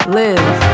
live